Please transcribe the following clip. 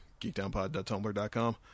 GeekdownPod.tumblr.com